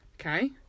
Okay